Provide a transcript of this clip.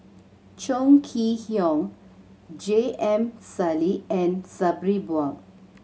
Chong Kee Hiong J M Sali and Sabri Buang